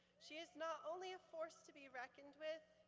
she is not only a force to be reckoned with,